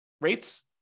rates